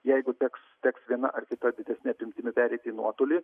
jeigu teks teks viena ar kita didesne apimtimi pereiti į nuotolį